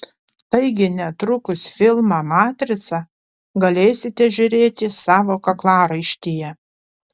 taigi netrukus filmą matrica galėsite žiūrėti savo kaklaraištyje